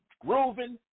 grooving